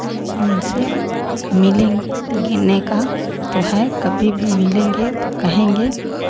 और उनसे मिलेंगे मिलने का तो है कभी मिलेंगे तो कहेंगे